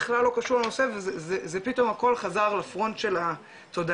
בכלל לא קשור לנושא וזה פתאום הכל חזר לפרונט של התודעה,